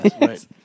Right